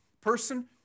person